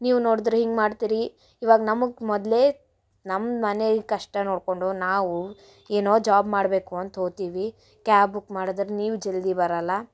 ನೀವು ನೋಡಿದ್ರೆ ಹಿಂಗೆ ಮಾಡ್ತಿರಿ ಇವಾಗ ನಮಗೆ ಮೊದಲೇ ನಮ್ಮ ಮನೆ ಕಷ್ಟ ನೋಡ್ಕೊಂಡು ನಾವು ಏನೋ ಜಾಬ್ ಮಾಡಬೇಕು ಅಂತ ಹೋತೀವಿ ಕ್ಯಾಬ್ ಬುಕ್ ಮಾಡಿದ್ರೆ ನೀವು ಜಲ್ದಿ ಬರಲ್ಲ